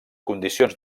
condicions